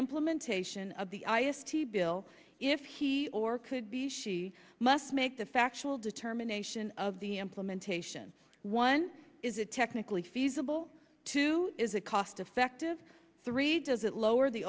implementation of the i s t bill if he or could be she must make the factual determination of the implementation one is it technically feasible to is a cost effective three does it lower the